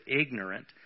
ignorant